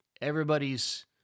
everybody's